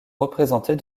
représentés